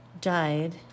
died